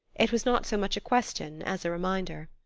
it was not so much a question as a reminder.